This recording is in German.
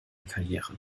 karriere